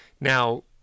now